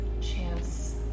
chance